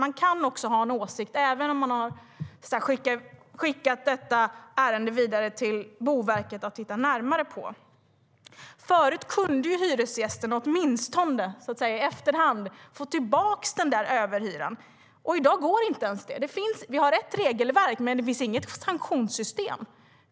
Man kan ha en åsikt även om man har skickat ärendet vidare till Boverket, som ska titta närmare på det. Förut kunde hyresgästerna, åtminstone i efterhand, få tillbaka sin överhyra. I dag går inte ens det. Vi har rätt regelverk, men det finns inget sanktionssystem.